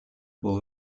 will